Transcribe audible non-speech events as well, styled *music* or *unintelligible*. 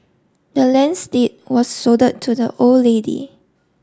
the land's deed was *unintelligible* to the old lady